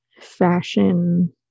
fashion